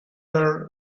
her